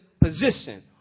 position